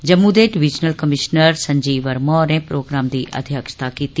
जम्मू दे divisional commissioner Sanjeev Verma होरें programme दी अध्यक्षता कीती